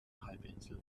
halbinsel